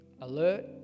alert